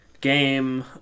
game